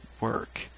work